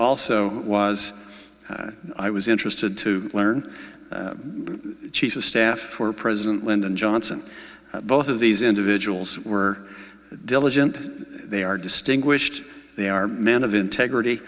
also was i was interested to learn chief of staff for president lyndon johnson both of these individuals were diligent they are distinguished they are men of integrity